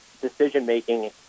decision-making